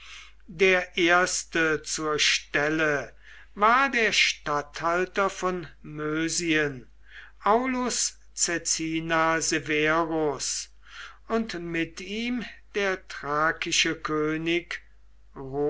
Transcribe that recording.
der erste zur stelle war der statthalter von mösien aulus caecina severus und mit ihm der thrakische könig